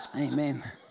Amen